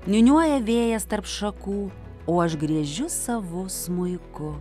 niūniuoja vėjas tarp šakų o aš griežiu savu smuiku